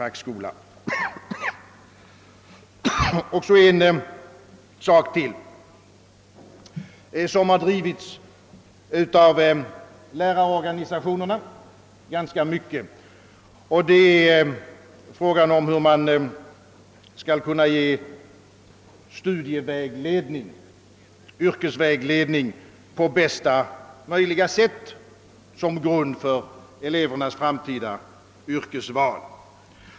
Jag vill också beröra en fråga som har drivits ganska hårt av lärarorganisationerna, nämligen frågan om hur man på bästa möjliga sätt skall kunna ge studievägledning respektive yrkesvägledning som grund för elevernas framtida yrkesval.